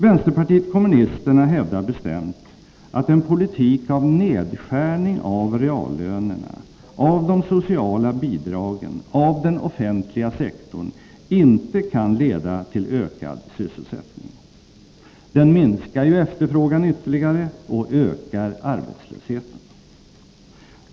Vänsterpartiet kommunisterna hävdar bestämt att en politik av nedskärning av reallönerna, av de sociala bidragen och av den offentliga sektorn inte kan leda till ökad sysselsättning. Den minskar ju efterfrågan ytterligare och ökar arbetslösheten.